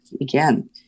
again